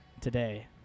today